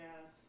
Yes